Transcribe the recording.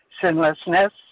sinlessness